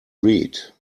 read